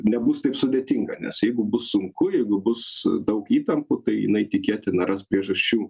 nebus taip sudėtinga nes jeigu bus sunku jeigu bus daug įtampų tai jinai tikėtina ras priežasčių